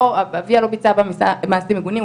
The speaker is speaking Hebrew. אביה לא ביצע בה מעשים מגונים,